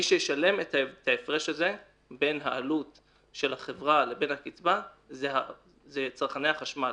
מי שישלם את ההפרש הזה בין העלות של החברה לבין הקצבה זה צרכני החשמל